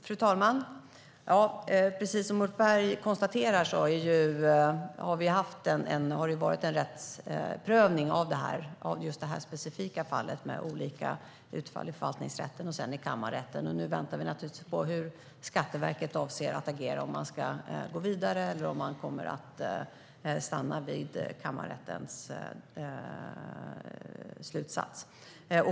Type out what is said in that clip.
Fru talman! Som Ulf Berg konstaterar har det skett en rättsprövning av det här specifika fallet med olika utfall i förvaltningsrätten respektive kammarrätten. Nu väntar vi naturligtvis på hur Skatteverket avser att agera - om man ska gå vidare eller om man kommer att stanna vid kammarrättens slutsats.